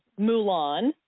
Mulan